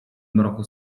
mroku